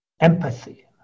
empathy